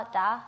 da